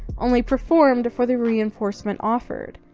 only performed for the reinforcement offered.